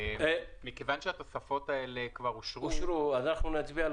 מכיוון שהתוספות האלו כבר אושרו -- אנחנו נצביע על